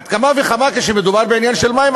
על אחת כמה וכמה כשמדובר בעניין של מים,